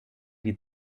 die